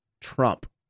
Trump